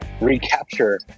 recapture